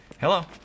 Hello